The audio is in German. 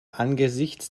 angesichts